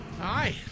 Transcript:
Hi